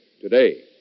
today